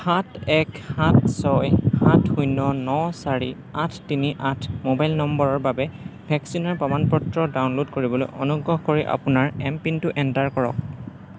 সাত এক সাত ছয় সাত শূন্য ন চাৰি আঠ তিনি আঠ ম'বাইল নম্বৰৰ বাবে ভেকচিনৰ প্ৰমাণ পত্ৰ ডাউনল'ড কৰিবলৈ অনুগ্ৰহ কৰি আপোনাৰ এম পিনটো এণ্টাৰ কৰক